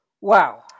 Wow